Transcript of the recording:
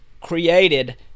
created